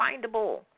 findable